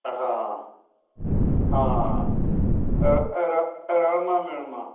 ਹਾਂ ਹਾਂ ਰਲਵਾਂ ਮਿਲਵਾਂ